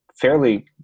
fairly